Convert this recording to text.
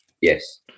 yes